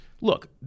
look